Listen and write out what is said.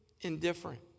indifferent